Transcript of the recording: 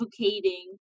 advocating